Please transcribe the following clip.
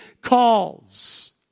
calls